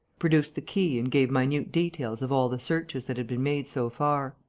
produced the key and gave minute details of all the searches that had been made so far.